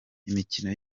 imikino